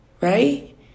right